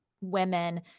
women